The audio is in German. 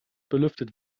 belüftet